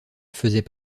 faisait